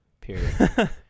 Period